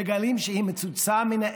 מגלים שהיא מצוצה מן האצבע.